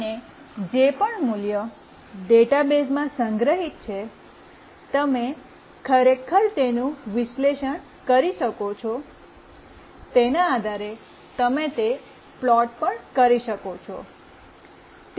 અને જે પણ મૂલ્ય ડેટાબેઝમાં સંગ્રહિત છે તમે ખરેખર તેનું વિશ્લેષણ કરી શકો છો તેના આધારે તમે તે પ્લોટ પણ કરી શકો છો